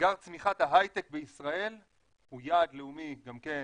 אתגר צמיחת ההייטק בישראל הוא יעד לאומי גם כן,